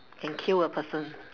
can kill a person